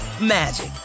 magic